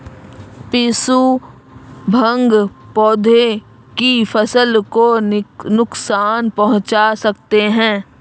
पिस्सू भृंग पौधे की फसल को नुकसान पहुंचा सकते हैं